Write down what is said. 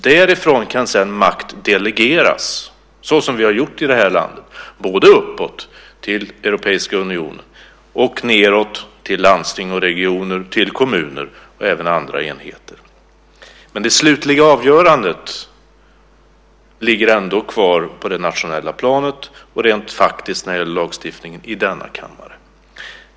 Därifrån kan sedan makt delegeras, såsom vi har gjort i det här landet, både uppåt till den europeiska unionen och nedåt till landsting och regioner, kommuner och andra enheter. Men det slutliga avgörandet ligger ändå kvar på det nationella planet och rent faktiskt när det gäller lagstiftningen i denna kammare.